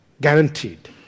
guaranteed